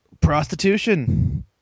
Prostitution